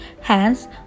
Hence